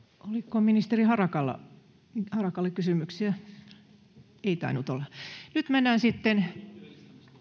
oliko ministeri harakalle kysymyksiä ei tainnut olla nyt mennään sitten